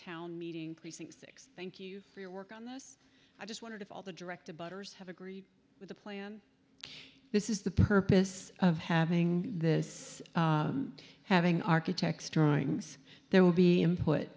town meeting precinct six thank you for your work on this i just wondered of all the director butters have agreed with the plan this is the purpose of having this having architects drawings there will be i